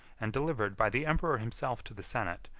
and delivered by the emperor himself to the senate,